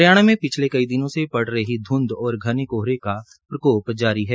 हरियाणा में पिछले कई दिनों में पड़ रही धुंध और घने कोहरे का प्रकोप जारी है